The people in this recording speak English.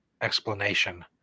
explanation